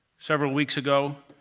several weeks ago.